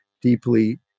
deeply